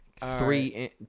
three